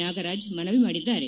ನಾಗರಾಜ್ ಮನವಿ ಮಾಡಿದ್ದಾರೆ